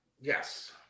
Yes